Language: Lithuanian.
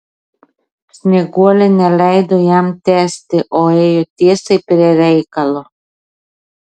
snieguolė neleido jam tęsti o ėjo tiesiai prie reikalo